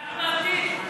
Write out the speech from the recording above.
אנחנו מעוותים?